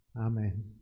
Amen